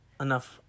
enough